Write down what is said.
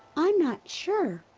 i'm not sure,